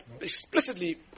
Explicitly